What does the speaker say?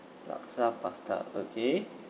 laksa pasta okay